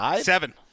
Seven